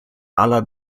aller